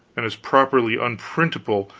and as properly unprintable,